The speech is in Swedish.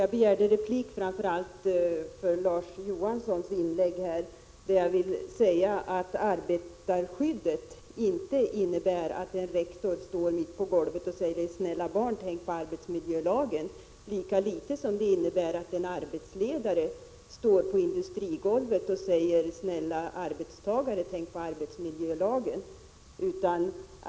Jag begärde replik framför allt på grund av Larz Johanssons inlägg, och jag vill säga att arbetarskyddet inte innebär att en rektor står mitt på golvet och säger ”snälla barn, tänk på arbetsmiljölagen”, lika litet som arbetsmiljölagen innebär att en arbetsledare står på verkstadsgolvet och säger ”snälla arbetstagare, tänk på arbetsmiljölagen”.